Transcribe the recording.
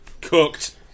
Cooked